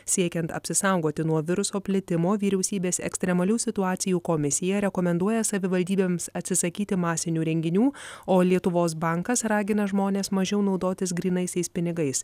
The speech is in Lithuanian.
siekiant apsisaugoti nuo viruso plitimo vyriausybės ekstremalių situacijų komisija rekomenduoja savivaldybėms atsisakyti masinių renginių o lietuvos bankas ragina žmones mažiau naudotis grynaisiais pinigais